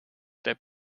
that